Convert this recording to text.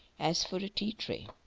as for a tea-tray.